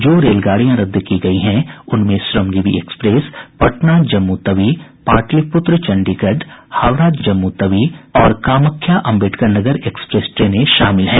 जो रेलगाड़ियां रद्द की गयी है उनमें श्रमजीवी एक्सप्रेस पटना जम्मू तवी पाटलीपुत्र चंडीगढ़ हावड़ा जम्मू तवी और कामख्या अम्बेडकर नगर एक्सप्रेस ट्रेनें शामिल हैं